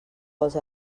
vols